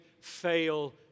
fail